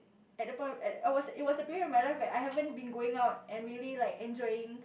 at the point at I was it was a period in my life where I haven't been going out and really like enjoying